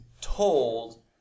told